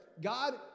God